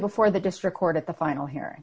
before the district court at the final he